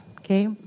okay